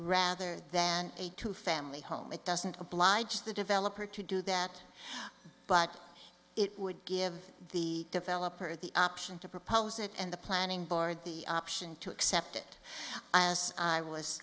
rather than a two family home it doesn't oblige the developer to do that but it would give the developer the option to propose it and the planning board the option to accept it as i was